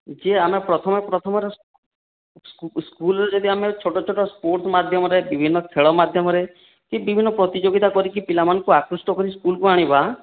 କିଛି ଆମେ ପ୍ରଥମେ ପ୍ରଥମରେ ସ୍କୁଲରେ ଯଦି ଆମେ ଛୋଟ ଛୋଟ ସ୍ପୋର୍ଟ୍ସ ମାଧ୍ୟମରେ କି ବିଭିନ୍ନ ଖେଳ ମାଧ୍ୟମରେ କି ବିଭିନ୍ନ ପ୍ରତିଯୋଗିତା କରିକି ପିଲାମାନଙ୍କୁ ଆକୃଷ୍ଟ କରି କି ସ୍କୁଲକୁ ଆଣିବା